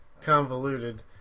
convoluted